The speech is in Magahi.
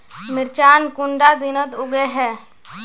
मिर्चान कुंडा दिनोत उगैहे?